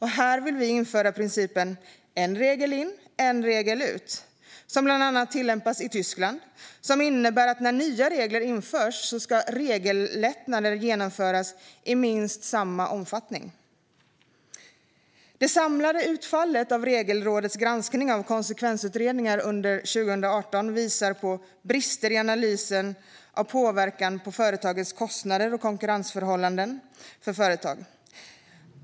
Här vill vi införa principen "en regel in, en regel ut", som bland annat tillämpas i Tyskland. Det innebär att när nya regler införs ska regellättnader genomföras i minst samma omfattning. Det samlade utfallet av Regelrådets granskning av konsekvensutredningar under 2018 visar på brister i analysen av påverkan på företagets kostnader och konkurrensförhållanden för företag.